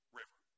River